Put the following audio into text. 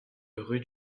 rue